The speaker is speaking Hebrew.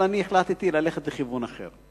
אבל אני החלטתי ללכת בכיוון אחר.